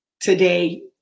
today